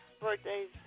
birthdays